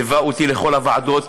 ליווה אותי לכל הוועדות,